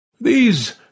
These